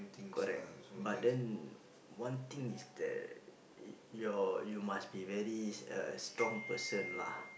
correct but then one thing is that your you must be very uh strong person lah